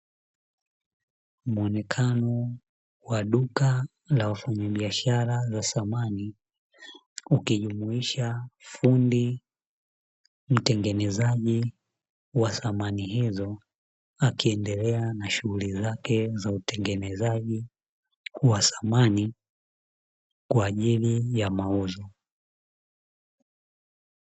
Muonekano wa duka la wafanya biashara wa samani ukijumuisha fundi mtengenezaji wa samani hizo; akiendelea na shughuli zake za utengenezaji wa samani kwa ajili ya mauzo.